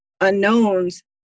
unknowns